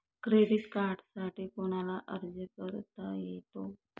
Credit कार्डसाठी कोणाला अर्ज करता येतो?